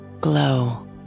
glow